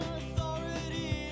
authority